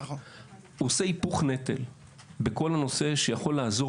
שעושה היפוך נטל בכל הנושא שיכול לעזור